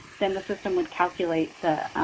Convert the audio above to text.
then the system would calculate the